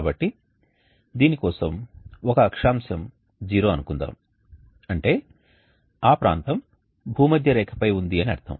కాబట్టి దీని కోసం ఒక అక్షాంశం 0 అనుకుందాం అంటే ఆ ప్రాంతం భూమధ్యరేఖపై ఉంది అని అర్థం